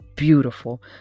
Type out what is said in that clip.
Beautiful